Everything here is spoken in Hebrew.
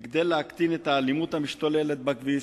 כדי להקטין את האלימות המשתוללת בכביש,